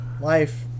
life